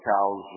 cows